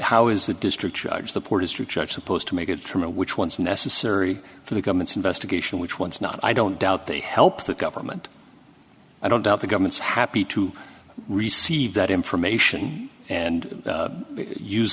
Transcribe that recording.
how is the district judge the poor district judge supposed to make a determine which ones necessary for the government's investigation which ones not i don't doubt they help the government i don't doubt the government's happy to receive that information and u